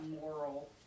moral